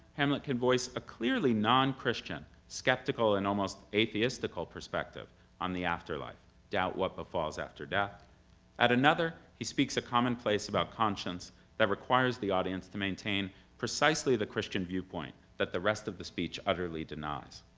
hamlet can voice a clearly non christian, skeptical and almost atheistical perspective on the after like doubt what befalls after death at another, he speaks a commonplace about conscience that requires the audience to maintain precisely the christian viewpoint that the rest of the speech utterly denies.